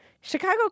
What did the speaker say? Chicago